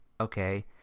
okay